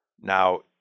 Now